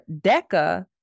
DECA